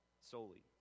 solely